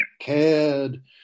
cared